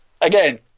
Again